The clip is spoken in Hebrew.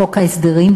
בחוק ההסדרים,